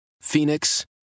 Phoenix